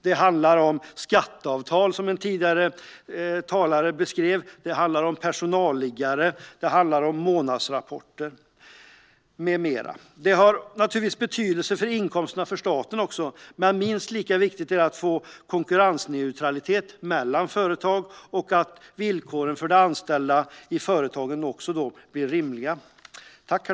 Det handlar om skatteavtal, som en tidigare talare beskrev, och om personalliggare, månadsrapporter med mera. Detta har naturligtvis betydelse för inkomsterna till staten, men minst lika viktigt är det att få konkurrensneutralitet mellan företag och att villkoren för de anställda i företagen är rimliga.